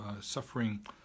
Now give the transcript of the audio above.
suffering